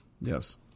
Yes